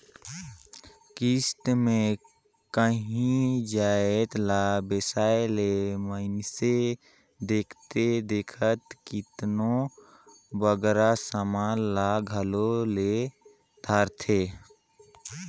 किस्त में कांही जाएत ला बेसाए ले मइनसे देखथे देखत केतनों बगरा समान ल घलो ले धारथे